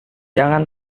jangan